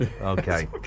Okay